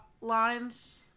lines